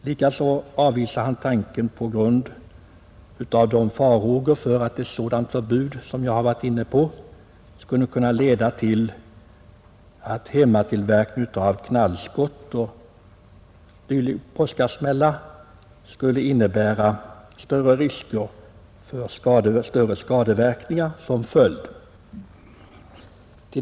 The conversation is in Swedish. Likaså avvisar han tanken på ett förbud på grund av farhågor att det skulle kunna leda till en hemmatillverkning av knallskott, och dylika påsksmällar skulle innebära större risker för skadeverkningar.